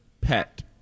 pet